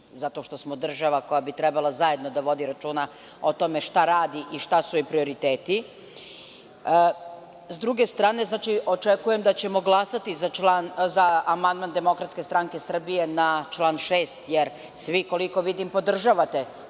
zato što smo država koja bi trebalo zajedno sa vodi računa o tome šta radi i šta su joj prioriteti. Sa druge strane, očekujem da ćemo glasati za amandman DSS na član 6, jer svi, koliko vidim, podržavate